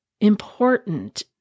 important